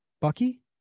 bucky